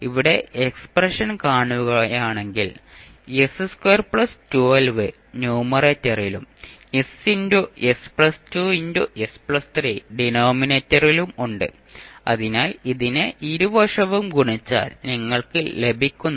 ഇവിടെ എക്സ്പ്രഷൻ കാണുകയാണെങ്കിൽ ന്യൂമറേറ്ററിലും ss2s3 ഡിനോമിനേറ്ററിലും ഉണ്ട് അതിനാൽ ഇതിനെ ഇരുവശവും ഗുണിച്ചാൽ നിങ്ങൾക്ക് ലഭിക്കുന്നത്